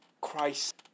Christ